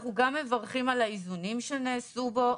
אנחנו גם מברכים על האיזונים שנעשו בו,